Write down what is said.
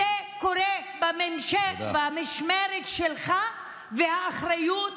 זה קורה במשמרת שלך, תודה.